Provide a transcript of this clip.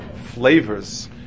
flavors